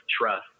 trust